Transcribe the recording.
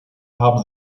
haben